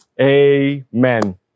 Amen